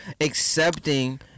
accepting